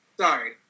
Sorry